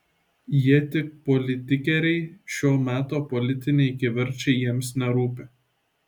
jie tik politikieriai šio meto politiniai kivirčai jiems nerūpi